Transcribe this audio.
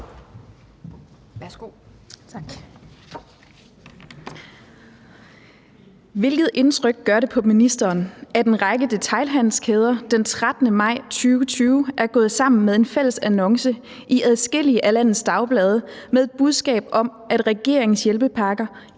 Hvilket indtryk gør det på ministeren, at en række detailhandelskæder den 13. maj 2020 er gået sammen med en fælles annonce i adskillige af landets dagblade med et budskab om, at regeringens hjælpepakker